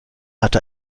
hatte